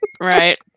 Right